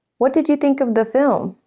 what did you think of the film?